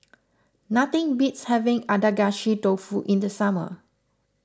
nothing beats having Adagashi Dofu in the summer